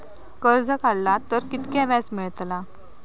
कर्ज काडला तर कीतक्या व्याज मेळतला?